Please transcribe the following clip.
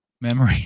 memory